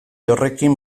horrekin